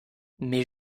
mais